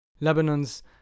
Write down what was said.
Lebanon's